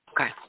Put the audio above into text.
Okay